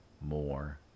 more